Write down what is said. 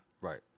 Right